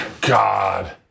God